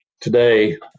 Today